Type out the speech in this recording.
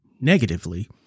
negatively